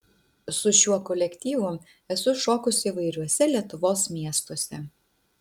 su šiuo kolektyvu esu šokusi įvairiuose lietuvos miestuose